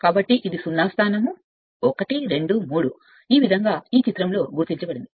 కాబట్టి కొన్ని ఇది 0 స్థానం 1 2 3 ఈ విధంగా ఈ చిత్రంలో గుర్తించబడింది